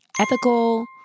ethical